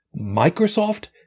Microsoft